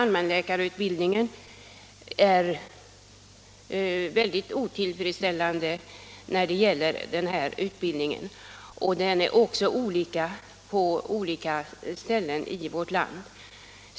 Allmänläkarutbildningen är otillfredsställande på det område det här gäller, och den är mycket olika på olika utbildningsplatser i vårt land.